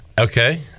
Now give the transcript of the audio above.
okay